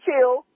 chill